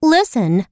Listen